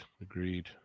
Agreed